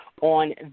on